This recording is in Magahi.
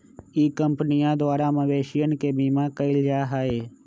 ई कंपनीया द्वारा मवेशियन के बीमा कइल जाहई